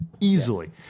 easily